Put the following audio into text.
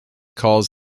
calls